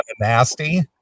nasty